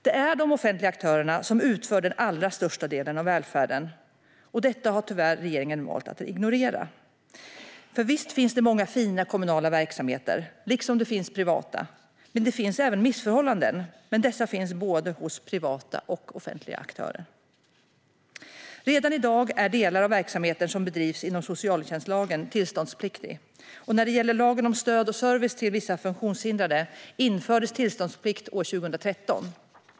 Det är de offentliga aktörerna som utför den allra största delen av välfärden. Detta har regeringen tyvärr valt att ignorera. Visst finns det många fina kommunala verksamheter, liksom det finns många fina privata verksamheter. Men det finns även missförhållanden. Men de finns hos både privata och offentliga aktörer. Redan i dag är delar av verksamheten som bedrivs inom socialtjänstlagen tillståndspliktig, och när det gäller lagen om stöd och service till vissa funktionshindrade infördes tillståndsplikt år 2013.